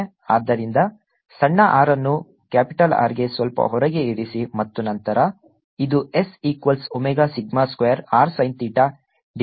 ಆದ್ದರಿಂದ ಸಣ್ಣ r ಅನ್ನು R ಗೆ ಸ್ವಲ್ಪ ಹೊರಗೆ ಇರಿಸಿ ಮತ್ತು ನಂತರ ಇದು S equals omega sigma square R sin theta divided by 3 epsilon naught ಆಗಿದೆ